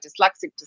dyslexic